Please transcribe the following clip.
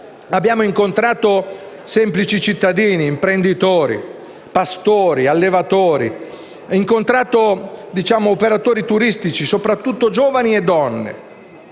abbiamo incontrato semplici cittadini, imprenditori, pastori, allevatori e operatori turistici, soprattutto giovani e donne,